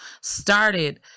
started